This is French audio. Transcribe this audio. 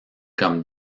comme